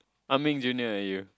Ah-Meng junior eh you